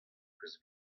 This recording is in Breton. peus